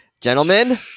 Gentlemen